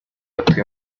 atuye